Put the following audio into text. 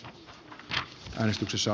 hän rynnistyksessä